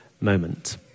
moment